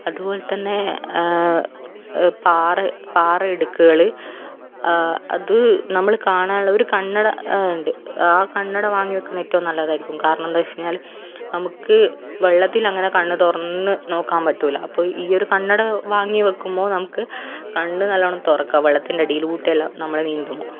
അതുപോലെത്തന്നെ പാറ പാറയിടുക്കുകള് അത് നമ്മള് കാണാനുള്ള ഒരു കണ്ണട ഉണ്ട് ആ കണ്ണട വാങ്ങിവെക്കുന്നത് ഏറ്റവും നല്ലതായിരിക്കും കാരണം എന്താണെന്നുവെച്ചു കഴിഞ്ഞാല് നമുക്ക് വെള്ളത്തിലങ്ങനെ കണ്ണു തുറന്നുനോക്കാൻ പറ്റില്ല അപ്പോള് ഈയൊരു കണ്ണട വാങ്ങിവെക്കുമ്പോള് നമുക്ക് കണ്ണു നല്ലവണ്ണം തുറക്കാം വെള്ളത്തിൻ്റെ അടീലൂട്ടെയെല്ലാം നമ്മള് നീന്തുമ്പോള്